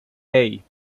hey